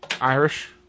Irish